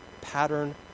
pattern